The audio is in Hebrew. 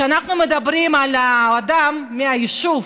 כשאנחנו מדברים על אדם מהיישוב,